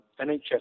NHS